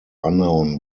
unknown